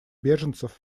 беженцев